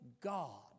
God